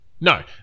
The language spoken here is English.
no